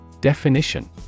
Definition